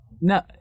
No